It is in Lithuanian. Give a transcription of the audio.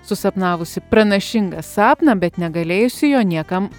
susapnavusį pranašingą sapną bet negalėjusį jo niekam